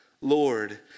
Lord